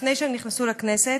לפני שהם נכנסו לכנסת.